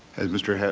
as mr.